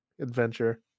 adventure